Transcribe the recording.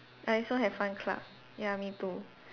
I also have fun club ya me too